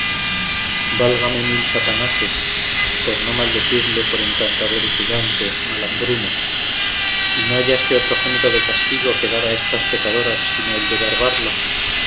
válgate mil satanases por no maldecirte por encantador y gigante malambruno y no hallaste otro género de castigo que dar a estas pecadoras sino el de